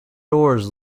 doors